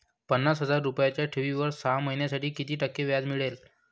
पन्नास हजार रुपयांच्या ठेवीवर सहा महिन्यांसाठी किती टक्के व्याज मिळेल?